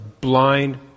blind